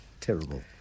Terrible